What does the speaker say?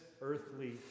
earthly